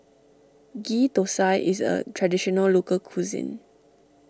Ghee Thosai is a Traditional Local Cuisine